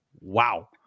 Wow